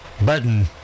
button